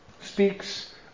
speaks